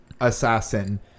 assassin